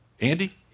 Andy